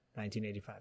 1985